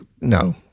no